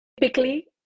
Typically